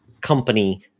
company